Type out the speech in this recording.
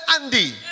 Andy